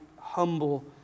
humble